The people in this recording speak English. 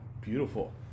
beautiful